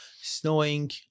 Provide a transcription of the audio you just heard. snowing